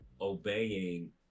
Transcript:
obeying